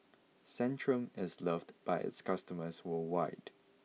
Centrum is loved by its customers worldwide